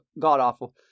god-awful